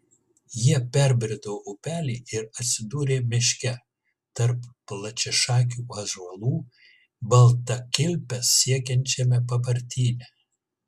jie perbrido upelį ir atsidūrė miške tarp plačiašakių ąžuolų balnakilpes siekiančiame papartyne